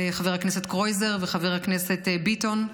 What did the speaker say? לחבר הכנסת קרויזר וחבר הכנסת ביטון,